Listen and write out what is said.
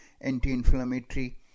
anti-inflammatory